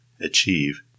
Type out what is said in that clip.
achieve